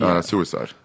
suicide